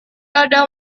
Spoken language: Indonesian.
ada